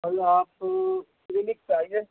ابھی آپ کلینک پہ آئیے